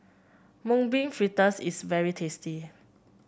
Mung Bean Fritters is very tasty